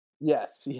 Yes